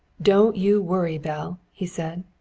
don't you worry, belle, he said.